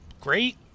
Great